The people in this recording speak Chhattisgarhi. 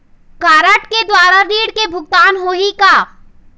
कारड के द्वारा ऋण के भुगतान होही का?